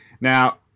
Now